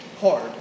hard